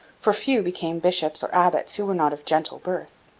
for few became bishops or abbots who were not of gentle birth.